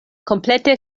komplete